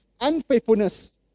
unfaithfulness